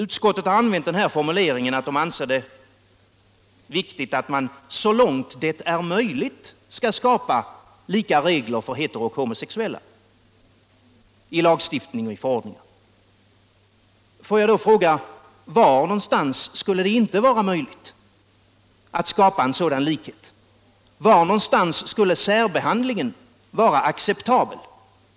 Utskottet anser det viktigt att man ”så långt det är möjligt” skall skapa lika regler för heterooch homosexuella i lagstiftning och förordningar. Får jag då fråga: Var skulle det inte vara möjligt att skapa en sådan likhet? Var skulle särbehandlingen vara acceptabel?